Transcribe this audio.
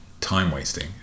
time-wasting